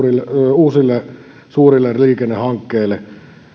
uusille suurille liikennehankkeille